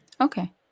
Okay